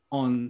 on